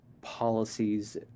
policies